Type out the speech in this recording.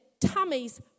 tummies